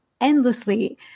endlessly